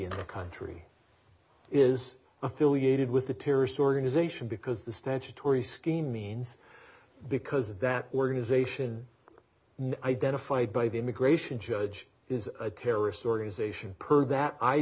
in the country is affiliated with a terrorist organization because the statutory scheme means because that organization identified by the immigration judge is a terrorist organization per that i